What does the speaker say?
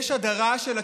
יש הדרה של הצעירים,